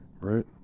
Right